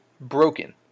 broken